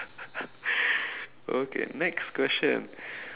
okay next question